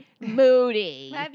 moody